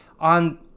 on